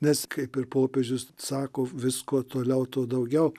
nes kaip ir popiežius sako vis kuo toliau tuo daugiau